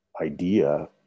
idea